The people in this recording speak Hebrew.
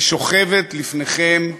היא שוכבת לפניכם מדממת,